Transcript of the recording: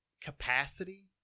capacity